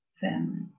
family